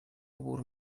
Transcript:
عبور